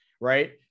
right